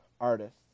artists